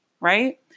right